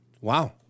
Wow